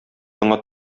яңа